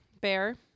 Bear